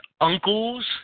uncles